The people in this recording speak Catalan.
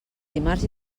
dimarts